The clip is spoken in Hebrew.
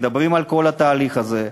מדברים על כל התהליך הזה.